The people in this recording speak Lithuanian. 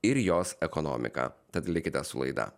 ir jos ekonomiką tad likite su laida